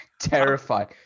Terrified